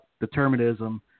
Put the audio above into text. determinism